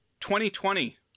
2020